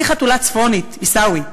היא חתולה צפונית, עיסאווי.